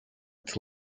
its